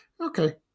okay